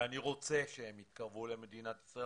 ואני רוצה שהם יתקרבו למדינת ישראל,